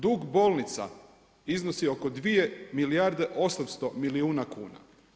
Dug bolnica iznosi oko 2 milijarde i 800 milijuna kuna.